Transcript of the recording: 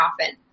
often